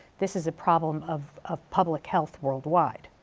this is a problem of of public health worldwide.